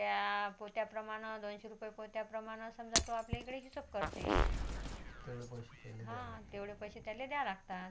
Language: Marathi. त्या पोत्यांप्रमाणं दोनशे रुपये पोत्याप्रमाणं समजा तो आपल्या इकडे हिशोब करते हां तेवढे पैसे त्याला द्यायला लागतात